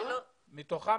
מעל 9,000 פניות נבדקו,